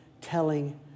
telling